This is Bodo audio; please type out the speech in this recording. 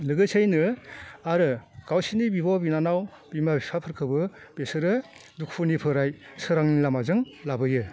लोगोसेयैनो आरो गावसोरनि बिब' बिनानाव बिमा बिफाफोरखौबो बिसोरो दुखुनिफ्राय सोरांनि लामाजों लाबोयो